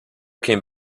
came